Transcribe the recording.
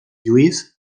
lluís